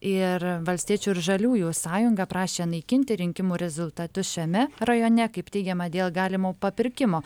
ir valstiečių ir žaliųjų sąjunga prašė naikinti rinkimų rezultatus šiame rajone kaip teigiama dėl galimo papirkimo